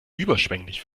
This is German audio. überschwänglich